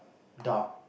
dark